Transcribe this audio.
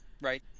Right